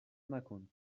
مکن